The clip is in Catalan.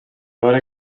veure